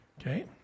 Okay